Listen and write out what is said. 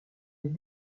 des